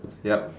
yup